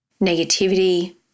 negativity